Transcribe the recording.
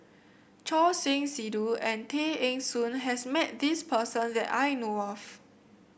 Choor Singh Sidhu and Tay Eng Soon has met this person that I know of